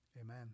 Amen